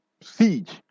siege